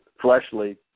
fleshly